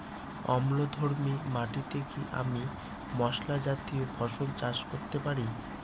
অম্লধর্মী মাটিতে কি আমি মশলা জাতীয় ফসল চাষ করতে পারি?